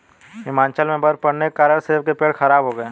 हिमाचल में बर्फ़ पड़ने के कारण सेब के पेड़ खराब हो गए